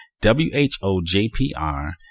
W-H-O-J-P-R